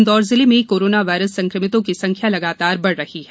इंदौर जिले में corona virus संक्रमितों की संख्या लगातार बढ़ रही है